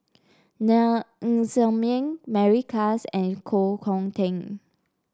Ng Ser Miang Mary Klass and Koh Hong Teng